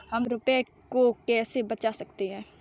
हम रुपये को कैसे बचा सकते हैं?